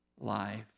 life